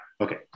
Okay